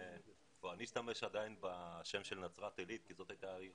אני אשתמש עדיין בשם של נצרת עילית כי זאת הייתה העיר